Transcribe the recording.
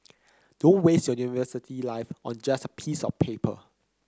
don't waste your university life on just a piece of paper